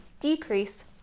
decrease